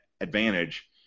advantage